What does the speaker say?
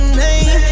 name